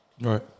Right